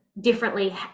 differently